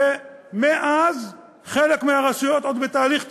ומאז חלק מהרשויות עוד בתהליך תכנון.